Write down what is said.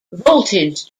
voltage